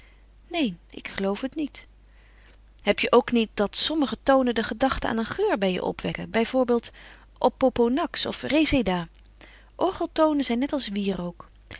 neen ik geloof het niet heb je ook niet dat sommige tonen de gedachte aan een geur bij je opwekken bij voorbeeld opoponax of réséda orgeltonen zijn net als wierook